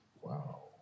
Wow